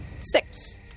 Six